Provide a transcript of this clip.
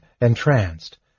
entranced